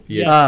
Yes